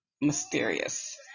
mysterious